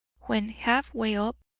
when half-way up,